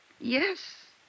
yes